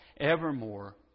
evermore